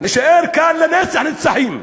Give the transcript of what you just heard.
נישאר כאן לנצח נצחים.